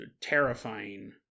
terrifying